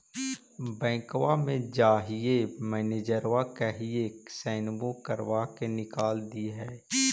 बैंकवा मे जाहिऐ मैनेजरवा कहहिऐ सैनवो करवा के निकाल देहै?